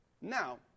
Now